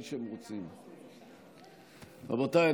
רבותיי,